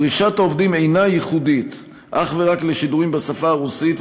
פרישת העובדים אינה ייחודית אך ורק לשידורים בשפה הרוסית,